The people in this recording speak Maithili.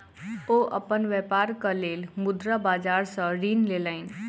ओ अपन व्यापारक लेल मुद्रा बाजार सॅ ऋण लेलैन